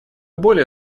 более